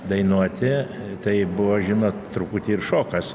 dainuoti tai buvo žinot truputį ir šokas